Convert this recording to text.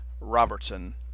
Robertson